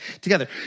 together